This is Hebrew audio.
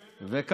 זה נכון.